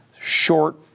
short